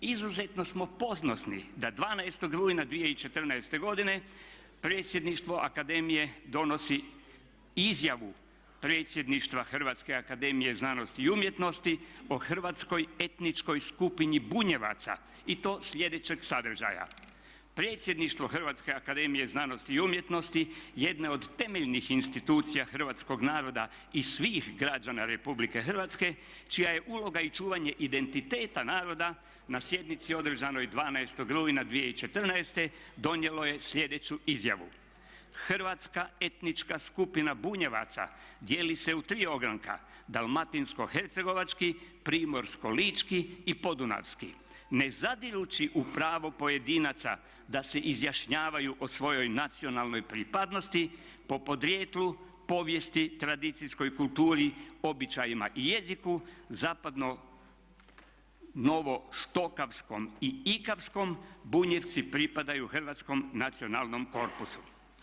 Izuzetno smo ponosni da 12.rujna 2014.godine predsjedništvo akademije donosi izjavu predsjedništva Hrvatske akademije znanosti i umjetnosti o hrvatskoj etničkoj skupini Bunjevaca i to slijedećeg sadržaja: predsjedništvo Hrvatske akademije znanosti i umjetnosti jedno je od temeljenih institucija hrvatskog naroda i svih građana RH čija je uloga i čuvanje identiteta naroda na sjednici održanoj 12.rujna 2014.godine donijelo je slijedeću izjavu: "Hrvatska etnička skupina Bunjevaca dijeli se u tri ogranka Dalmatinsko-hercegovački, Primorsko-lički i Podunavski ne zadirući u pravo pojedinaca da se izjašnjavaju o svojoj nacionalnoj pripadnosti, po podrijetlu, povijesti, tradicijskoj kulturi, običajima i jeziku zapadno novo štokavskom i ikavskom Bunjevci pripadaju hrvatskom nacionalnom korpusu.